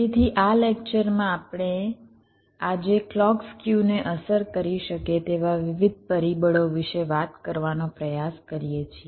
તેથી આ લેક્ચરમાં આપણે આજે ક્લૉક સ્ક્યુને અસર કરી શકે તેવા વિવિધ પરિબળો વિશે વાત કરવાનો પ્રયાસ કરીએ છીએ